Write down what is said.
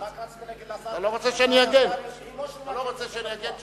רק רציתי להגיד לשר, אתה לא רוצה שאני אגן?